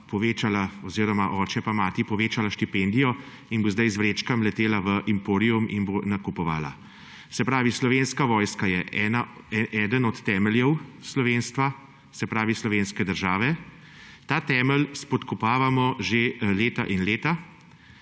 ji oče pa mati povečala štipendijo in bo sedaj z vrečkami letela v Emporium in bo nakupovala. Slovenska vojska je eden od temeljev slovenstva, se pravi slovenske države. Ta temelj spodkopavamo že leta in leta